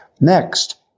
Next